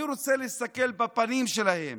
אני רוצה להסתכל בפנים שלהן